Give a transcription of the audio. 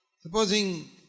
Supposing